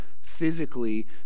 physically